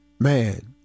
Man